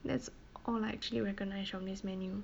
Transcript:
that's all I actually recognise from this menu